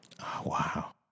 Wow